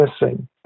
missing